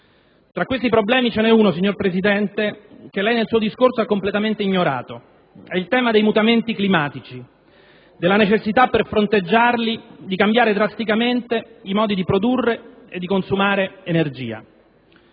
Tra questi problemi ce n'è uno, signor Presidente del Consiglio, che lei nel suo discorso ha completamente ignorato: è il tema dei mutamenti climatici, della necessità - per fronteggiarli - di cambiare drasticamente i modi di produrre e di consumare energia.